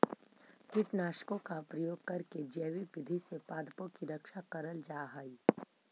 कीटनाशकों का प्रयोग करके जैविक विधि से पादपों की रक्षा करल जा हई